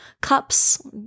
cups